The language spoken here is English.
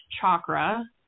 chakra